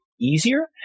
easier